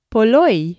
Poloi